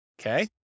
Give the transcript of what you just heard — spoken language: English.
Okay